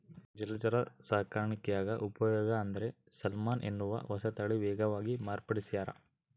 ಜಲಚರ ಸಾಕಾಣಿಕ್ಯಾಗ ಉಪಯೋಗ ಅಂದ್ರೆ ಸಾಲ್ಮನ್ ಎನ್ನುವ ಹೊಸತಳಿ ವೇಗವಾಗಿ ಮಾರ್ಪಡಿಸ್ಯಾರ